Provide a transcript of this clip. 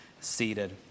seated